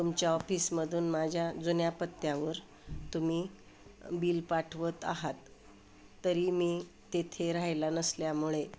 तुमच्या ऑफिसमधून माझ्या जुन्या पत्त्यावर तुम्ही बिल पाठवत आहात तरी मी तेथे राहायला नसल्यामुळे